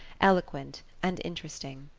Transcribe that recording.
eloquent and interesting.